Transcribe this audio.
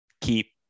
keep